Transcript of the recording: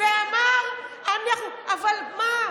ואמר, אבל מה?